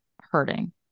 hurting